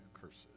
curses